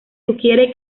sugiere